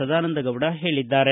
ಸದಾನಂದಗೌಡ ಹೇಳಿದ್ದಾರೆ